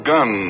Gun